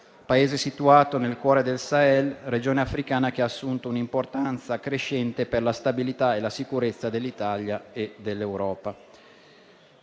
Paese situato nel cuore del Sahel, regione africana che ha assunto un'importanza crescente per la stabilità e la sicurezza dell'Italia e dell'Europa.